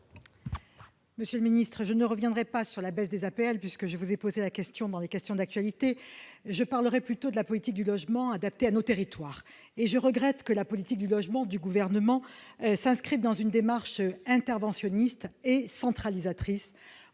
Monsieur le ministre, je ne reviendrai pas sur la baisse des APL, puisque je vous ai posé la question dans les questions d'actualité, je parlerais plutôt de la politique du logement adapté à nos territoires et je regrette que la politique du logement du gouvernement s'inscrit dans une démarche interventionniste et centralisatrice,